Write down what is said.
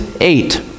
Eight